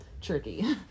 tricky